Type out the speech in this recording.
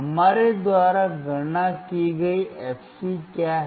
हमारे द्वारा गणना की गई fc क्या है